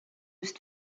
just